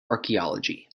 archeology